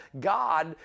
God